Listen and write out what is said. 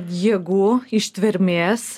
jėgų ištvermės